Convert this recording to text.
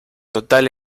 total